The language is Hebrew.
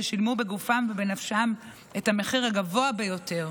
ששילמו בגופם ובנפשם את המחיר הגבוה ביותר.